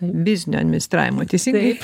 biznio administravimo teisingai